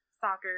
soccer